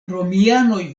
romianoj